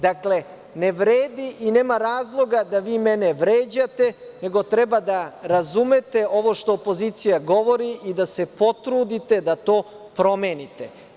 Dakle, ne vredi i nema razloga da vi mene vređate, nego treba da razumete ovo što opozicija govori i da se potrudite da to promenite.